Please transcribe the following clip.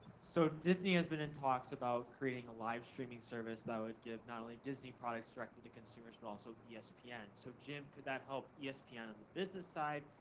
so disney has been in talks about creating a live streaming service that would give not only disney products directly to consumers but also yeah espn. and so jim, could that help yeah espn on the business side?